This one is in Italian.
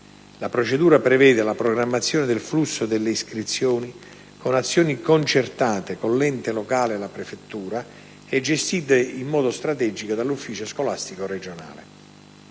La procedura prevede la programmazione del flusso delle iscrizioni con azioni concertate con l'ente locale e la prefettura e gestite in modo strategico dall'ufficio scolastico regionale.